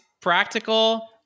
practical